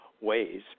ways